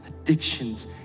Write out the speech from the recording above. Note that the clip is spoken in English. addictions